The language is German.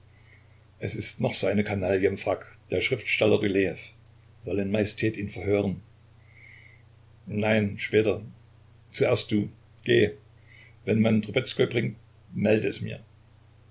es ist noch so eine kanaille im frack der schriftsteller rylejew wollen majestät ihn verhören nein später zuerst du geh wenn man trubezkoi bringt melde es mir